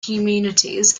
communities